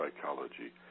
psychology